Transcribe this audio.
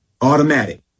automatic